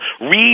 Read